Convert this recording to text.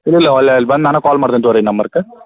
ಇಲ್ಲಲ್ಲ ಒಳ್ಳೆಯ ಬಂದು ನಾನು ಕಾಲ್ ಮಾಡ್ತೇನೆ ತೋರಿ ನಂಬರ್ಕ